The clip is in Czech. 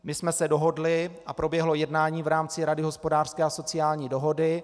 My jsme se dohodli a proběhlo jednání v rámci Rady hospodářské a sociální dohody.